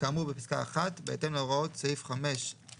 כאמור בפסקה (1), בהתאם להוראות סעיף 5(א)(1),